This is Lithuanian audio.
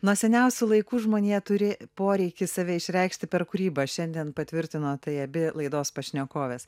nuo seniausių laikų žmonija turi poreikį save išreikšti per kūrybą šiandien patvirtino tai abi laidos pašnekovės